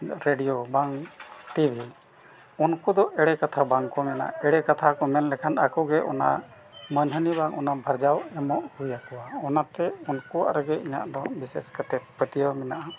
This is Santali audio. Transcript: ᱨᱮᱰᱤᱭᱳ ᱵᱟᱝ ᱴᱤᱵᱷᱤ ᱩᱱᱠᱩ ᱫᱚ ᱮᱲᱮ ᱠᱟᱛᱷᱟ ᱵᱟᱝ ᱠᱚ ᱢᱮᱱᱟ ᱮᱲᱮ ᱠᱟᱛᱷᱟ ᱠᱚ ᱢᱮᱱ ᱞᱮᱠᱷᱟᱱ ᱟᱠᱚ ᱜᱮ ᱚᱱᱟ ᱢᱟᱹᱱ ᱦᱟᱹᱱᱤ ᱵᱟᱝ ᱚᱱᱟ ᱵᱷᱟᱨᱡᱟᱣ ᱮᱢᱚᱜ ᱦᱩᱭ ᱟᱠᱚᱣᱟ ᱚᱱᱟᱛᱮ ᱩᱱᱠᱩᱣᱟᱜ ᱨᱮᱜᱮ ᱤᱧᱟᱹᱜ ᱫᱚ ᱵᱤᱥᱮᱥ ᱠᱟᱛᱮ ᱯᱟᱹᱛᱭᱟᱹᱣ ᱢᱮᱱᱟᱜᱼᱟ